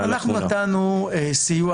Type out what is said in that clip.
אנחנו נתנו סיוע,